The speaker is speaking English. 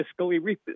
fiscally